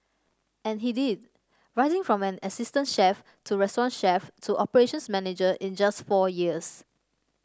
and he did rising from an assistant chef to restaurant chef to operations manager in just four years